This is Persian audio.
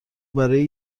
برای